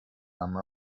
عمه